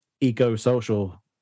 eco-social